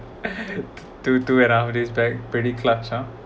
to to and I hold this back pretty clutch hor